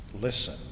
listen